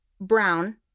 Brown